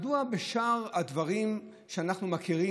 מדוע בשאר הדברים שאנחנו מכירים,